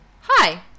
Hi